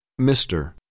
Mr